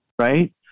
right